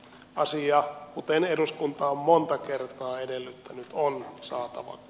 asia kuten eduskunta on monta kertaa edellyttänyt on saatu